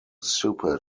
super